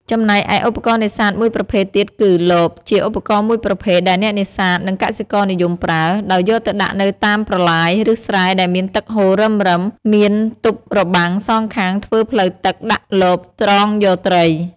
ចំណែកឯឧបករណ៍នេសាទមួយប្រភេទៀតគឺ លប ជាឧបករណ៍មួយប្រភេទ ដែលអ្នកនេសាទ និងកសិករនិយមប្រើ ដោយយកទៅដាក់នៅតាមប្រឡាយ ឬស្រែដែលមានទឹកហូររឹមៗ មានទប់របាំងសងខាងធ្វើផ្លូវទឹក ដាក់លបត្រងយកត្រី។